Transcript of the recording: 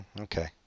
Okay